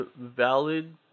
valid